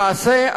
למעשה,